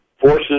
forces